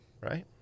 right